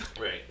right